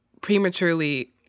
prematurely